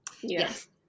Yes